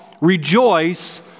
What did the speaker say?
rejoice